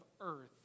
earth